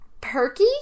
perky